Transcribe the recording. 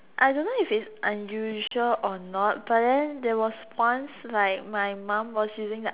I don't know if it's usually or not but then there was once like my mum was using the I